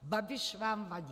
Babiš vám vadí.